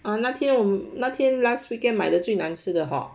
orh 那天我们那天 last weekend 买的最难吃的 hor